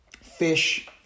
fish